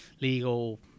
legal